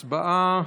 הצבעה.